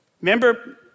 Remember